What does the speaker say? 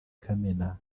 kamena